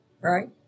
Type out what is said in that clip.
right